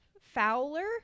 Fowler